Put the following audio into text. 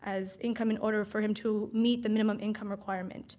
as income in order for him to meet the minimum income requirement